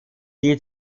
die